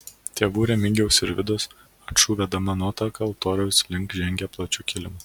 tėvų remigijaus ir vidos ačų vedama nuotaka altoriaus link žengė plačiu kilimu